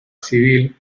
civil